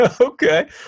Okay